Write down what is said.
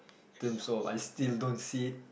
Deng So I still don't see it